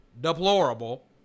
deplorable